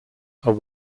are